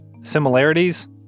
Similarities